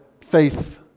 faith